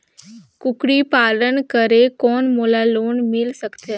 कूकरी पालन करे कौन मोला लोन मिल सकथे?